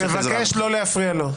אני מבקש לא להפריע לו.